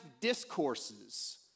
discourses